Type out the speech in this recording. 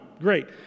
great